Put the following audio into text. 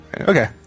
Okay